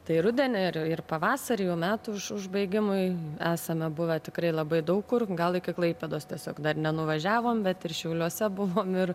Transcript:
tai rudenį ir ir pavasarį jau metų užbaigimui esame buvę tikrai labai daug kur gal iki klaipėdos tiesiog dar nenuvažiavom bet ir šiauliuose buvom ir